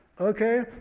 Okay